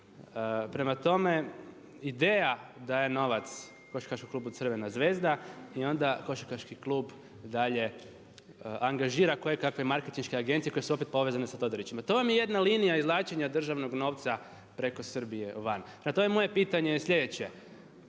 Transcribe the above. Prema tome, IDEA daje novac košarkaškom klubu Crvena Zvezda i onda košarkaški klub dalje angažira kojekakve marketinške agencije koje su opet povezane sa Todorićima. To vam je jedna linija izvlačenja državnog novca preko Srbije van. Prema tome, moje pitanje je sljedeće.